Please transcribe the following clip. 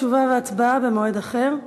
תשובה והצבעה במועד אחר.